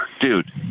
dude